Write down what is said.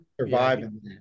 Surviving